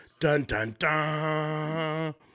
Dun-dun-dun